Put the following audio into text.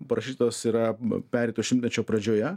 parašytos yra pereito šimtmečio pradžioje